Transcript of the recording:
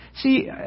See